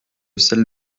celle